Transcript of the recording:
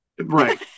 Right